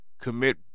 commit